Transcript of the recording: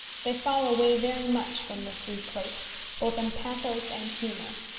they fall away very much from the three clerks, both in pathos and humour.